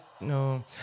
No